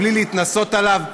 בלי להתנשא עליו,